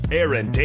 Aaron